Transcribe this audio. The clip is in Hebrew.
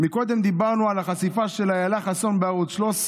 קודם דיברנו על החשיפה של אילה חסון בערוץ 13